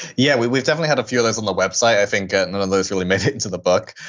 yeah, we've definitely had a few others on the website. i think none of those really made it into the book.